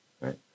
right